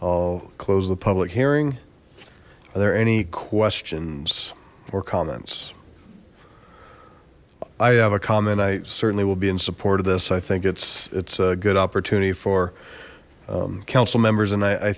i'll close the public hearing are there any questions or comments i have a comment i certainly will be in support of this i think it's it's a good opportunity for council members and i